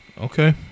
Okay